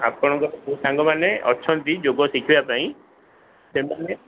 ଆପଣଙ୍କ ସାଙ୍ଗମାନେ ଅଛନ୍ତି ଯୋଗ ଶିଖିବା ପାଇଁ ସେମାନେ